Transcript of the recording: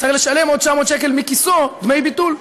צריך לשלם עוד 900 שקל מכיסו דמי ביטול.